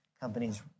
companies